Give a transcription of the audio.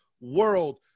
World